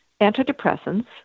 antidepressants